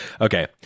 Okay